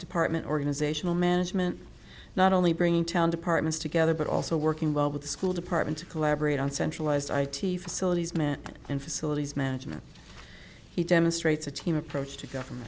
department organizational management not only bringing town departments together but also working well with the school department to collaborate on centralized i t facilities men and facilities management he demonstrates a team approach to go